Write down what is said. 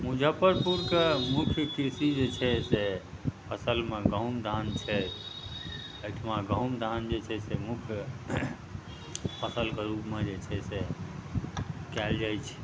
मुजफ्फरपुरके मुख्य कृषि जे छै से फसलमे गहूम धान छै एहिठाम गहूम धान जे छै से मुख्य फसलके रूपमे जे छै से कएल जाइ छै